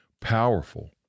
Powerful